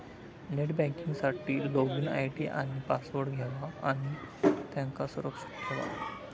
net banking साठी login ID आणि password घेवा आणि त्यांका सुरक्षित ठेवा